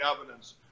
evidence